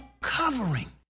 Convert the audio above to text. covering